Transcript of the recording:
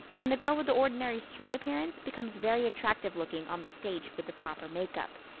and the girl with the ordinary street appearance becomes very attractive looking on the stage with the proper makeup.